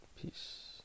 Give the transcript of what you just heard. peace